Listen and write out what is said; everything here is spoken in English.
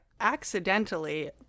accidentally